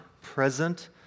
present